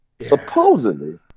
Supposedly